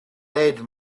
read